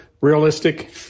realistic